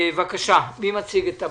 מי מציג את הבקשה?